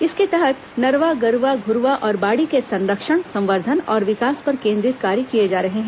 इसके तहत नरवा गरूवा घुरवा और बाड़ी के संरक्षण संवर्धन और विकास पर केंद्रित कार्य किए जा रहे हैं